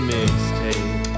Mixtape